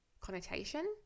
connotation